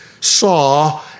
saw